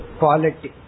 quality